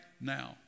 now